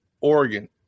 Oregon